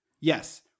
Yes